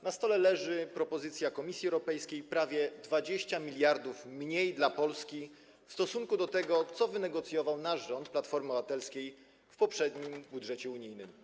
Na stole leży propozycja Komisji Europejskiej, prawie 20 mld mniej dla Polski w stosunku do tego, co wynegocjował nasz rząd, Platformy Obywatelskiej, w poprzednim budżecie unijnym.